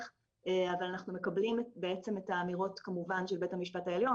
אבל אנחנו מקבלים כמובן את האמירות של בית המשפט העליון,